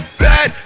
bad